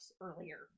earlier